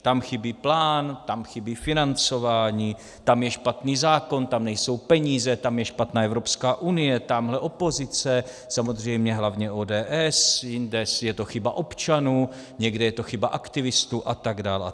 Tam chybí plán, tam chybí financování, tam je špatný zákon, tam nejsou peníze, tam je špatná Evropská unie, tamhle opozice, samozřejmě hlavně ODS, jinde je to chyba občanů, někde je to chyba aktivistů atd., atd.